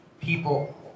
people